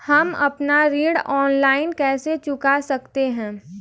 हम अपना ऋण ऑनलाइन कैसे चुका सकते हैं?